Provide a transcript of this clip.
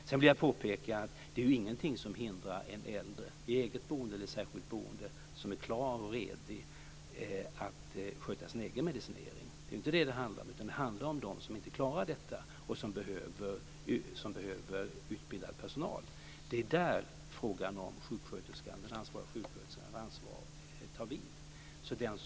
Sedan vill jag påpeka att det inte finns något som hindrar en äldre i eget eller i särskilt boende som är klar och redig att sköta sin egen mediciniering. Det är inte den som det handlar om, utan det handlar om dem som inte klarar detta och som behöver utbildad personal. Det är där som den ansvariga sjuksköterskan eller den som har ansvaret tar vid.